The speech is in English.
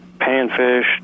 panfish